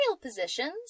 positions